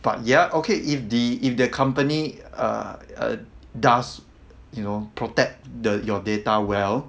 but ya okay if the if the company uh uh does you know protect the your data well